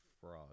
frog